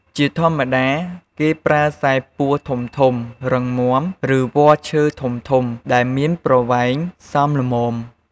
ជាធម្មតា គេប្រើខ្សែពួរធំៗ រឹងមាំ ឬវល្លិ៍ឈើធំៗ ដែលមានប្រវែងសមល្មម។